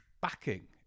backing